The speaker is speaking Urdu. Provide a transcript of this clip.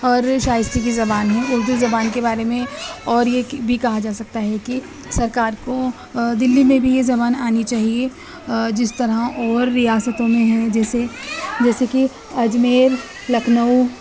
اور شائستہ کی زبان ہے اردو زبان کے بارے میں اور یہ بھی کہا جا سکتا ہے کہ سرکار کو دہلی میں بھی یہ زبان آنی چاہیے جس طرح اور ریاستوں میں ہے جیسے جیسے کہ اجمیر لکھنؤ